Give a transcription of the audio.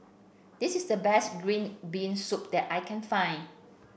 this is the best Green Bean Soup that I can find